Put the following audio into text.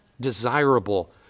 desirable